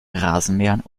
rasenmähern